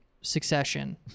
succession